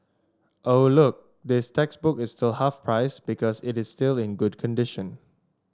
oh look this textbook is still half price because it is still in good condition